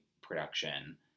production